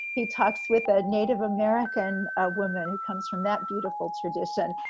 he talks with a native american woman who comes from that beautiful tradition.